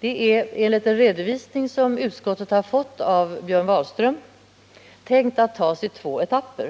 är enligt en redovisning som utskottet har fått av Björn Wahlström tänkt att genomföras i två etapper.